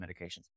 medications